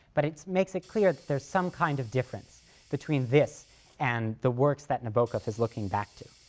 but it makes it clear that there's some kind of difference between this and the works that nabokov is looking back to.